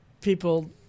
people